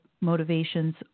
motivations